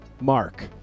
Mark